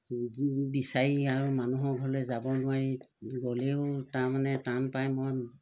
বিচাৰি আৰু মানুহৰ ঘৰলৈ যাব নোৱাৰি গ'লেও তাৰমানে টান পায় মই